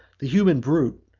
the human brute,